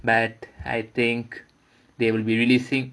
but I think they will be releasing